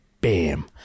bam